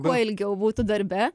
kuo ilgiau būtų darbe